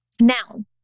Now